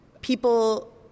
people